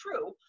true